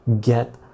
get